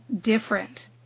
different